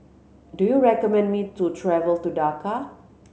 do you recommend me to travel to Dhaka